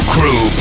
Crew